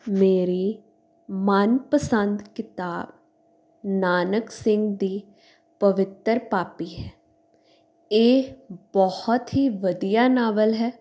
ਮੇਰੀ ਮਨਪਸੰਦ ਕਿਤਾਬ ਨਾਨਕ ਸਿੰਘ ਦੀ ਪਵਿੱਤਰ ਪਾਪੀ ਹੈ ਇਹ ਬਹੁਤ ਹੀ ਵਧੀਆ ਨਾਵਲ ਹੈ